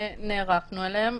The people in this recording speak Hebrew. שנערכנו אליהן,